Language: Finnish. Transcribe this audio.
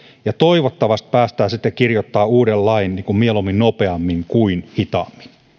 ja toivottavasti päästään kirjoittamaan uusi laki mieluummin nopeammin kuin